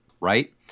right